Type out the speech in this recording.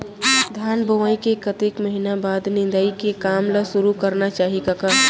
धान बोवई के कतेक महिना बाद निंदाई के काम ल सुरू करना चाही कका?